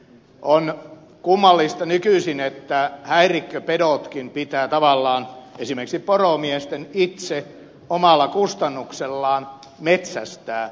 on nykyisin kummallista että häirikköpedotkin pitää tavallaan esimerkiksi poromiesten itse omalla kustannuksellaan metsästää